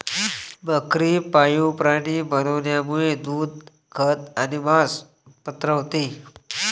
बकरी पाळीव प्राणी बनवण्यामुळे दूध, खत आणि मांस उत्पन्न होते